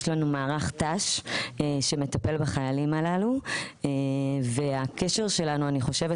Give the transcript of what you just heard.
יש לנו מערך ת"ש שמטפל בחיילים הללו והקשר שלנו אני חושבת,